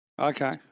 okay